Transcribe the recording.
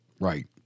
right